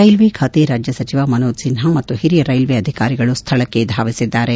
railway ಖಾತೆ ರಾಜ್ಯ ಸಚಿವ ಮನೋಜ್ ಸಿನ್ಹಾ ಮತ್ತು ಹಿರಿಯ ರೈಲ್ವೆ ಅಧಿಕಾರಿಗಳು ಸ್ದಳಕ್ಕೆ ಧಾವಿಸಿದ್ದಾರೆ